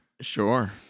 Sure